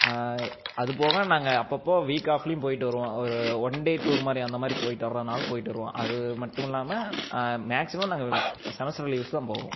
அது போக நாங்கள் அப்பப்போ வீக் ஆஃப்லேயும் போய்ட்டு வருவோம் ஒன் டே டூர் மாதிரி அந்த மாதிரி போய்ட்டு வாரதாயிருந்தாலும் போய்ட்டு வருவோம் அது மட்டும் இல்லாமல் மேக்ஸிமம் நாங்கள் செமஸ்டர் லீவ்ஸில் தான் போவோம்